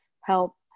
help